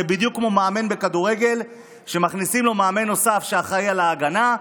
זה בדיוק כמו מאמן בכדורגל שמכניסים לו מאמן נוסף שאחראי על ההגנה,